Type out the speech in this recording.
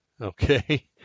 Okay